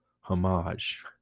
homage